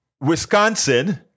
Wisconsin